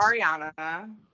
Ariana